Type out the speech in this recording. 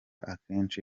akenshi